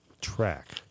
track